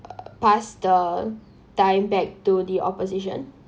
pass the time back to the opposition